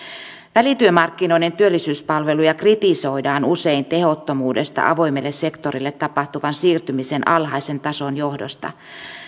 välityömarkkinoiden työllisyyspalveluja kritisoidaan usein tehottomuudesta avoimelle sektorille tapahtuvan siirtymisen alhaisen tason johdosta